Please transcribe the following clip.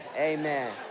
amen